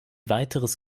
weiteres